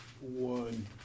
one